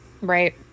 Right